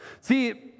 See